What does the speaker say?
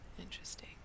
Interesting